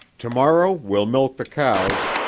tomorrow we'll milk the cows,